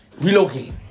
relocate